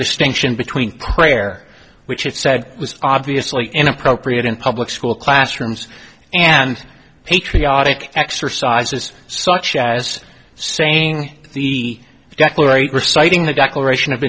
distinction between prayer which it said was obviously inappropriate in public school classrooms and patriotic exercises such as saying the declaration reciting the declaration of